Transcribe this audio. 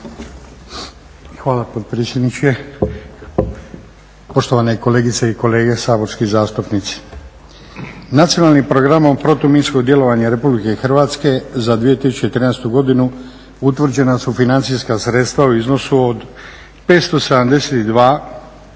Hvala potpredsjedniče. Poštovane kolegice i kolege saborski zastupnici, Nacionalnim programom o protuminskom djelovanju RH za 2013. godinu utvrđena su financijska sredstva u iznosu od 572,5